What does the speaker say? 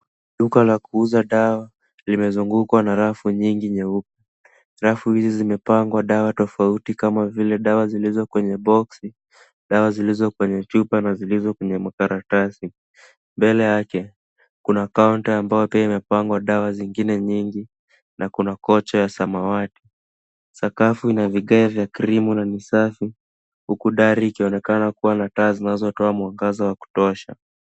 Duka la kuuza dawa limezungukwa na rafu nyingi nyeupe. Rafu hizi zimepangwa dawa tofauti kama vile dawa zilizo kwenye boxi, dawa zilizo kwenye chupa na zilizo kwenye makaratasi. Mbele yake, kuna kaunta ambayo pia imepangwa madawa zingine nyingi na kuna kocha ya samawati. Sakafu ina vigae vya krimu na ni safi huku dari ikionekana kuwa na taa zinazotoa mwangaza wa kutosha.